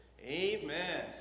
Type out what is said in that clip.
Amen